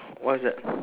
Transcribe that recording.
what's that